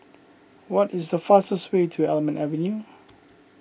what is the fastest way to Almond Avenue